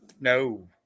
No